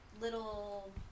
little